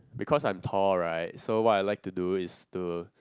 because I'm tall right so what I like to do is to